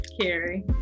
Carrie